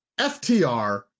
FTR